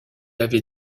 avait